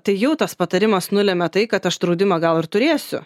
tai jau tas patarimas nulemia tai kad aš draudimą gal ir turėsiu